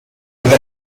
with